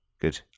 good